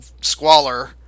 squalor